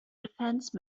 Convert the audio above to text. defense